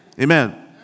Amen